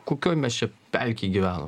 kokioj mes čia pelkėj gyvenam